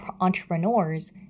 entrepreneurs